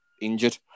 injured